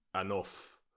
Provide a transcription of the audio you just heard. enough